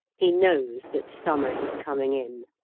he knows that summer is coming in.